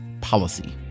policy